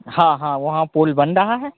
हाँ हाँ वहाँ पुल बन रहा है